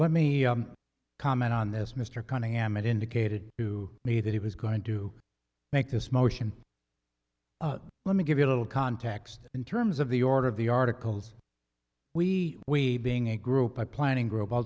let me comment on this mr cunningham it indicated to me that he was going to make this motion let me give you a little context in terms of the order of the articles we we being a group a planning group